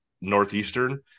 Northeastern